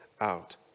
out